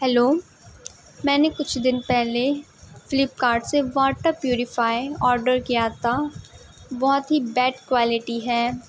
hello میں نے کچھ دن پہلے فلپکارٹ سے واٹر پیوریفائیر آڈر کیا تھا بہت ہی بیڈ کوالٹی ہے